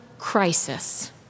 crisis